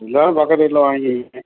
இல்லைன்னா பக்கத்து வீட்டில வாங்கிக்கோங்க